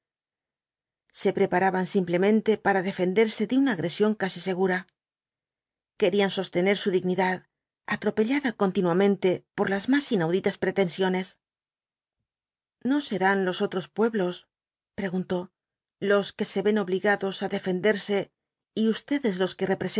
se preparaban simplemente para defenderse de una agresión casi segura querían sostener su dignidad atropellada continuamente por las más inauditas pretensiones no serán los otros pueblos preguntó los que se ven obligados á defenderse y ustedes los que